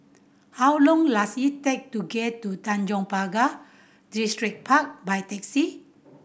how long it take to get to Tanjong Pagar Distripark by taxi